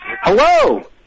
Hello